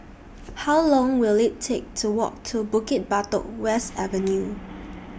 How Long Will IT Take to Walk to Bukit Batok West Avenue